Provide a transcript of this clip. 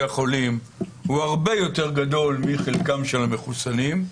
החולים הוא הרבה יותר גדול מחלקם של המחוסנים,